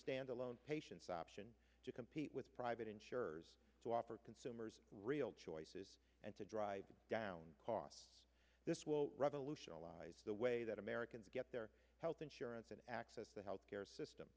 standalone patients option to compete with private insurers to operate consumers real choices and to drive down costs this will revolution allies the way that americans get their health insurance and access the health care system